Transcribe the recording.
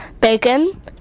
bacon